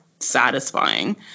satisfying